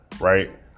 right